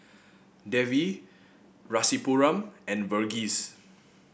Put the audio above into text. Devi Rasipuram and Verghese